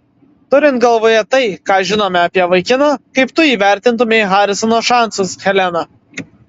turint galvoje tai ką žinome apie vaikiną kaip tu įvertintumei harisono šansus helena